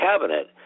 cabinet